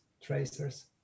tracers